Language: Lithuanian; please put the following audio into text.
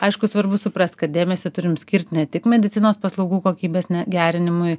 aišku svarbu suprast kad dėmesį turim skirt ne tik medicinos paslaugų kokybės gerinimui